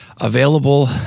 available